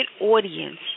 audience